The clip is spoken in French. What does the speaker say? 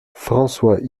françois